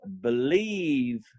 believe